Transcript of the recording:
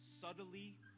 subtly